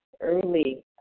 early